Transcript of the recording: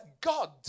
God